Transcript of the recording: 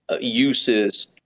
uses